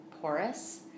porous